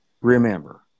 remember